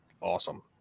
awesome